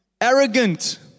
arrogant